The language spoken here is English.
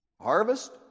harvest